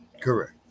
Correct